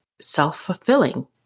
self-fulfilling